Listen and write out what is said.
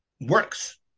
works